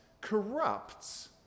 corrupts